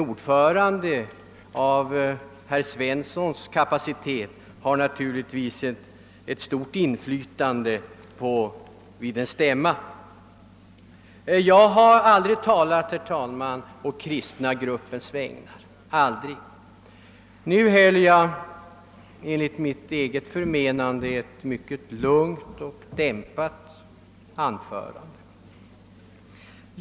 En ordförande med herr Svenssons kapacitet har naturligtvis också ett stort inflytande över Broderskapsrörelsen. Får jag också slå fast att jag aldrig talat å kristna gruppens vägnar. Jag har endast representerat mig själv och mitt parti. Det anförande jag för en stund sedan höll var enligt mitt eget förmenande mycket lugnt och dämpat.